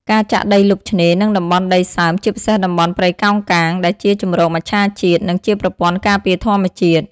ការចាក់ដីលុបឆ្នេរ និងតំបន់ដីសើម ជាពិសេសតំបន់ព្រៃកោងកាង ដែលជាជម្រកមច្ឆាជាតិ និងជាប្រព័ន្ធការពារធម្មជាតិ។